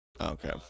Okay